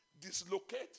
dislocate